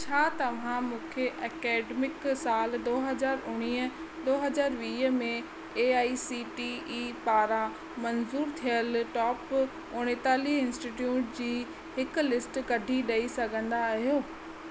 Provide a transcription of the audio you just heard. छा तव्हां मूंखे एकडेमिक साल दो हज़ार उणिवीह दो हज़ार वीह में A I C T E पारां मंज़ूर थियल टोप उणेतालीह इन्स्टिटयूट जी हिक लिस्ट कढी ॾई सघंदा आहियो